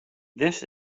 this